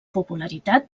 popularitat